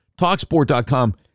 Talksport.com